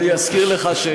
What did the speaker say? כן,